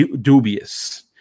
dubious